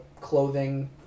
clothing